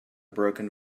broken